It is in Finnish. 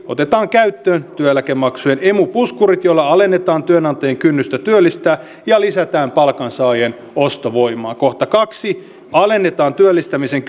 otetaan käyttöön työeläkemaksujen emu puskurit joilla alennetaan työnantajien kynnystä työllistää ja lisätään palkansaajien ostovoimaa kaksi alennetaan työllistämisen